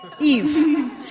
Eve